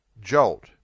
Jolt